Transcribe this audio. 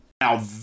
Now